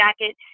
jacket